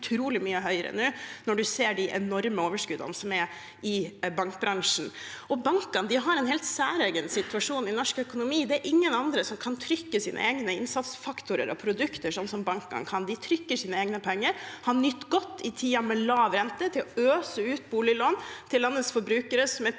utrolig mye høyere nå, når man ser de enorme overskuddene som er i bankbransjen. Bankene er i en helt særegen situasjon i norsk økonomi. Det er ingen andre som kan trykke sine egne innsatsfaktorer og produkter slik bankene kan. De trykker sine egne penger, de har nytt godt av tiden med lav rente til å øse ut boliglån til landets forbrukere, som er